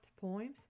poems